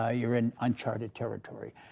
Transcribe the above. ah you're in uncharted territory.